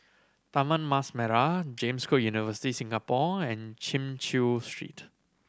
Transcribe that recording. Taman Mas Merah James Cook University Singapore and Chin Chew Street